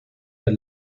der